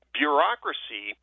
bureaucracy